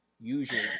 usually